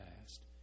past